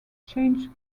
changed